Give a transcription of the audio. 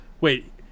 Wait